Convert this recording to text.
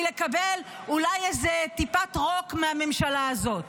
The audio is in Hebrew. לקבל אולי איזה טיפת רוק מהממשלה הזאת.